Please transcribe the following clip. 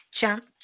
jump